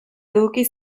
eduki